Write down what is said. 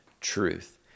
truth